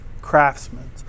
craftsmen